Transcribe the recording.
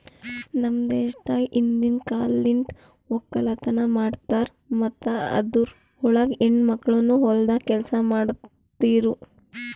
ನಮ್ ದೇಶದಾಗ್ ಹಿಂದಿನ್ ಕಾಲಲಿಂತ್ ಒಕ್ಕಲತನ ಮಾಡ್ತಾರ್ ಮತ್ತ ಅದುರ್ ಒಳಗ ಹೆಣ್ಣ ಮಕ್ಕಳನು ಹೊಲ್ದಾಗ್ ಕೆಲಸ ಮಾಡ್ತಿರೂ